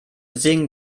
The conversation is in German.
singen